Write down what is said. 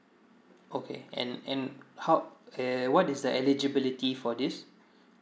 okay and and how err what is the eligibility for this